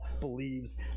believes